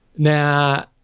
Now